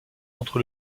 entre